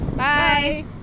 Bye